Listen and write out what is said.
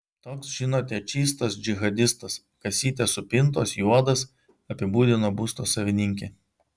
toks žinote čystas džihadistas kasytės supintos juodas apibūdino būsto savininkė